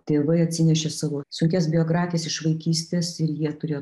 tėvai atsinešė savo sunkias biografijas iš vaikystės ir jie turėjo